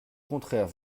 contraire